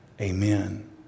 Amen